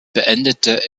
beendete